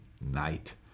night